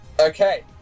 okay